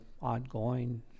ongoing